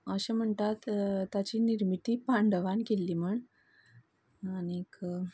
अशें म्हणटात ताची निर्मिती पांडवान केल्ली म्हण आनीक